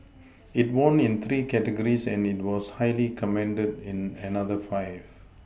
it won in three categories and was highly commended in another five